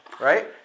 right